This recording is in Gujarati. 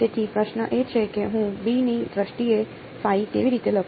તેથી પ્રશ્ન એ છે કે હું b ની દ્રષ્ટિએ કેવી રીતે લખું